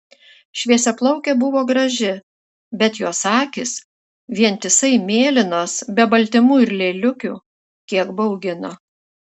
šviesiaplaukė buvo graži bet jos akys vientisai mėlynos be baltymų ir lėliukių kiek baugino